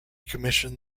commissioned